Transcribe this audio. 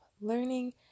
learning